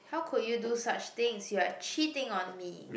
how could you do such things you're cheating on me